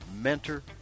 mentor